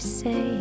say